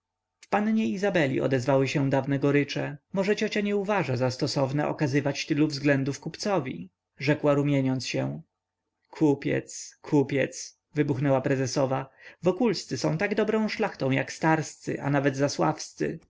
pannie izabeli odezwały się dawne gorycze może ciocia nie uważa za stosowne okazywać tylu względów kupcowi rzekła rumieniąc się kupiec kupiec wybuchnęła prezesowa wokulscy są tak dobrą szlachtą jak starscy a nawet